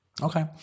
Okay